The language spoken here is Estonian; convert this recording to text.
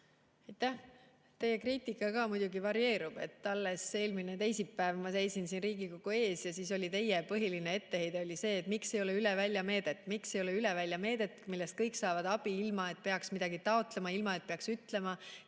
Teie kriitika ka muidugi varieerub. Alles eelmine teisipäev ma seisin siin Riigikogu ees ja siis oli teie põhiline etteheide see, miks ei ole üleväljameedet, millest kõik saaksid abi, ilma et peaks midagi taotlema, ilma et peaks ütlema,